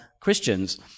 Christians